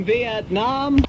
Vietnam